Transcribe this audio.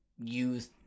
use